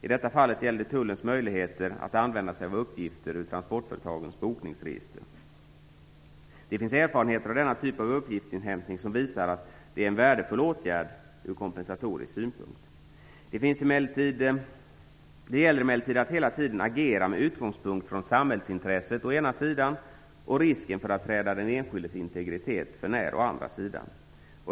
I detta fall gäller det tullens möjligheter att använda sig av uppgifter ur transportföretagens bokningsregister. Det finns erfarenheter av denna typ av uppgiftsinhämtning som visar att det är en värdefull åtgärd ur kompensatorisk synpunkt. Det gäller emellertid att hela tiden agera med utgångspunkt från samhällsintresset å ena sidan och risken för att träda den enskildes integritet för när å andra sidan.